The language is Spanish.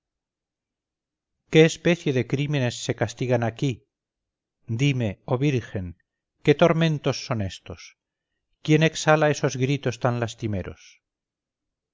qué especie de crímenes se castigan aquí dime oh virgen qué tormentos son estos quién exhala esos gritos tan lastimeros